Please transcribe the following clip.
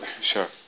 sure